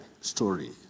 story